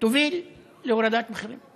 תוביל להורדת מחירים.